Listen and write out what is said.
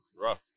Rough